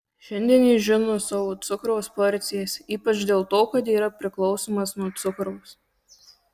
šiandien jis žino savo cukraus porcijas ypač dėl to kad yra priklausomas nuo cukraus